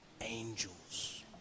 angels